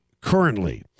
currently